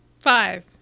Five